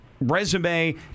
resume